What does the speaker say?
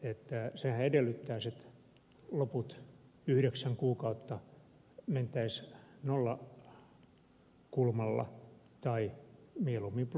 sehän edellyttäisi että loput yhdeksän kuukautta mentäisiin nollakulmalla tai mieluummin plussalla